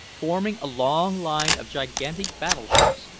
forming a long line of gigantic battleships,